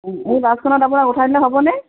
এই বাছখনত আপোনাৰ উঠাই দিলে হ'বনে